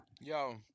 Yo